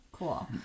Cool